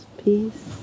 peace